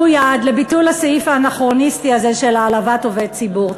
יד לביטול הסעיף האנכרוניסטי הזה של העלבת עובד ציבור.